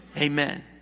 Amen